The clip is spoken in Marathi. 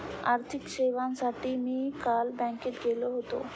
आर्थिक सेवांसाठी मी काल बँकेत गेलो होतो